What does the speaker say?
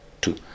two